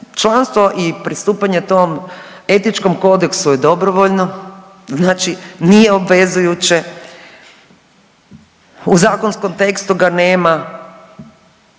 Članstvo i pristupanje tom Etičkom kodeksu je dobrovoljno, znači nije obvezujuće, u zakonskom tekstu ga nema.